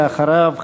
ואחריו,